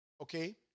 Okay